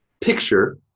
picture